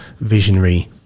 visionary